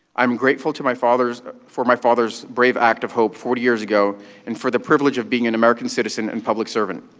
i'm grateful to my father's for my father's brave act of hope forty years ago and for the privilege of being an american citizen and public servant,